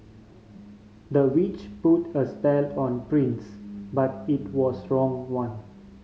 the witch put a spell on prince but it was wrong one